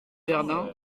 verdun